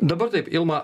dabar taip ilma